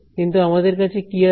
কিন্তু আমাদের কাছে কি আছে